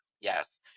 Yes